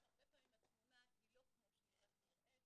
שהרבה פעמים התמונה היא לא כמו שהיא רק נראית,